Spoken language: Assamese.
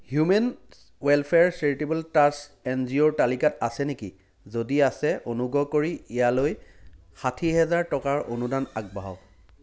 human welfare charitable trust N G O ৰ তালিকাত আছে নেকি যদি আছে অনুগ্ৰহ কৰি ইয়ালৈ ষাঠি হাজাৰ টকাৰ অনুদান আগবঢ়াওক